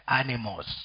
animals